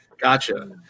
Gotcha